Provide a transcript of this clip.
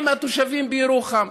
עם התושבים בירוחם.